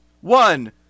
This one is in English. One